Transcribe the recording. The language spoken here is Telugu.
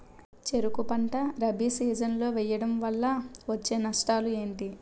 చెరుకు పంట రబీ సీజన్ లో వేయటం వల్ల వచ్చే నష్టాలు ఏంటి?